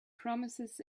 promises